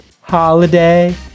Holiday